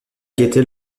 guettait